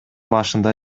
башында